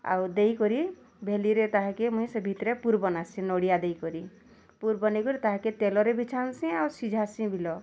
ଆଉ ଦେଇକରି ଭେଲିରେ ତାହାକେ ମୁଁଇ ସେ ଭିତରେ ପୂର୍ ବନାସଁ ନଡ଼ିଆ ଦେଇକରି ପୁର୍ ବନେଇକରି ତାହାକେ ତେଲରେ ବି ଛାଣ୍ସିଁ ଆଉ ସିଝାସି ବିଲ